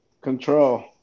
control